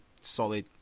solid